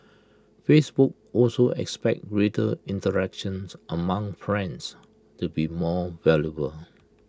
Facebook also expects greater interactions among friends to be more valuable